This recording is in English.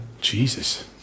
Jesus